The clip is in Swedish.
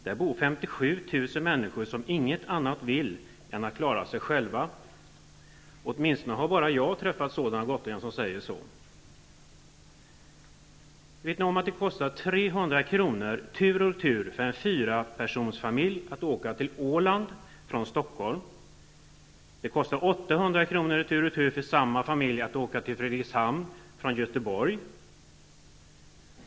Där bor 57 000 människor som inget annat vill än att klara sig själva. Åtminstone har jag träffat bara sådana gotlänningar som säger så. Vet ni om att det kostar ca 300 kr. tur och retur för en fyrapersonsfamilj att åka till Åland från Stockholm? Det kostar ca 800 kr. tur och retur för samma familj att åka till Fredrikshavn i Danmark från Göteborg.